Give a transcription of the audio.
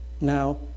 now